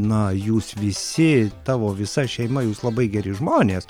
na jūs visi tavo visa šeima jūs labai geri žmonės